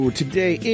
today